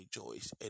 rejoice